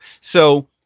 So-